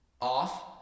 off